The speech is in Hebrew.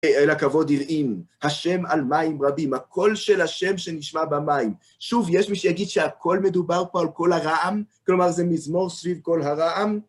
אל הכבוד יראים, השם על מים רבים, הקול של השם שנשמע במים. שוב, יש מי שיגיד שהקול מדובר פה על כל הרעם? כלומר, זה מזמור סביב כל הרעם?